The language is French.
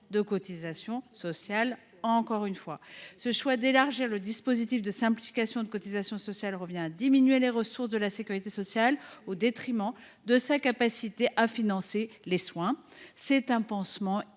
cotisations sociales. Ce choix d’élargir le dispositif de simplification de cotisations sociales revient à diminuer les ressources de la sécurité sociale au détriment de sa capacité à financer les soins. C’est un pansement